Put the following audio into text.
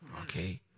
Okay